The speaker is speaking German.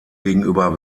gegenüber